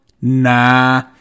Nah